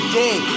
day